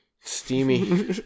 Steamy